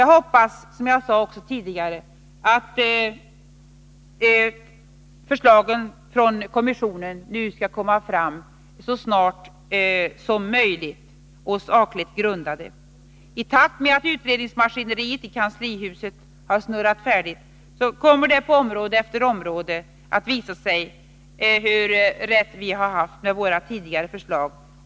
Jag hoppas, som jag sade tidigare, att förslagen från kommissionen nu skall komma fram så snart som möjligt och vara sakligt grundade. I takt med att utredningsmaskineriet i kanslihuset har snurrat färdigt kommer det på område efter område att visa sig hur rätt vi hade med våra förslag.